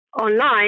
online